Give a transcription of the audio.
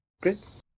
Great